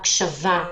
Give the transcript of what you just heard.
הקשבה,